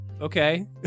okay